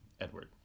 Edward